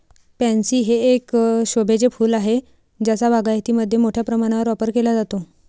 pansy हे एक शोभेचे फूल आहे ज्याचा बागायतीमध्ये मोठ्या प्रमाणावर वापर केला जातो